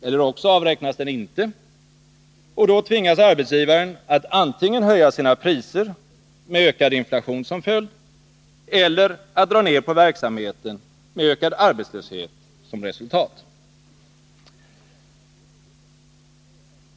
Eller också avräknas den inte, och då tvingas arbetsgivaren antingen att höja sina priser, med ökad inflation som följd, eller att dra ned på verksamheten, med ökad arbetslöshet som resultat.